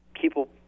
people